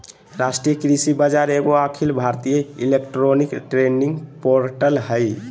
राष्ट्रीय कृषि बाजार एगो अखिल भारतीय इलेक्ट्रॉनिक ट्रेडिंग पोर्टल हइ